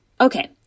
Okay